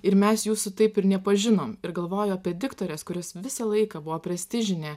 ir mes jūsų taip ir nepažinom ir galvoju apie diktorės kuris visą laiką buvo prestižinė